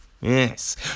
Yes